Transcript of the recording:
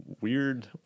weird